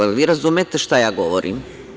Da li vi razumete šta ja govorim?